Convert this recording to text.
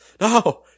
no